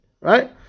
Right